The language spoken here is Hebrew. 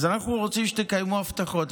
אז אנחנו רוצים שתקיימו הבטחות.